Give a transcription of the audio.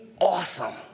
awesome